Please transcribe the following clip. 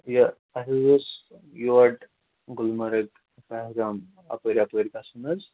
یہِ اَسہِ حظ اوس یور گُلمَرگ پہلگام اَپٲرۍ اَپٲرۍ گژھُن حظ